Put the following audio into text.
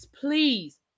please